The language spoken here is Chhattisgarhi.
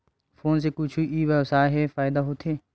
फोन से कुछु ई व्यवसाय हे फ़ायदा होथे?